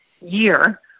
year